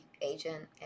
agent